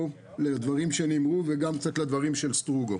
לדברים שנאמרו פה וגם קצת לדברים של סטרוגו,